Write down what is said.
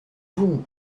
vous